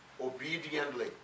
obediently